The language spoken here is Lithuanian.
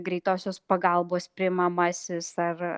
greitosios pagalbos priimamasis ar